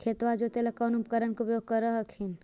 खेतबा जोते ला कौन उपकरण के उपयोग कर हखिन?